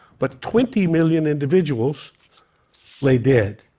but twenty million individuals lay dead.